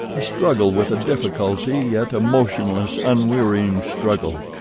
a struggle with a difficulty, yet a motionless, unwearying struggle,